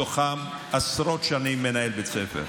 מתוכן עשרות שנים מנהל בית ספר.